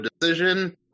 decision